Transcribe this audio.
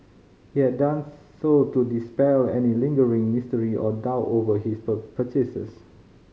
he had done so to dispel any lingering mystery or doubt over his per purchases